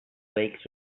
lakes